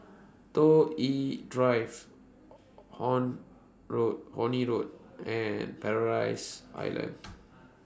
Toh Yi Drive Honey Road Horne Road and Paradise Island